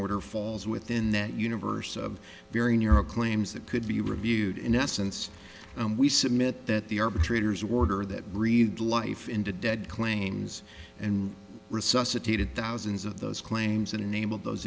order falls within that universe of very narrow claims that could be reviewed in essence and we submit that the arbitrators order that breathed life into dead claims and resuscitated thousands of those claims and enable those